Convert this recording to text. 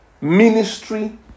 ministry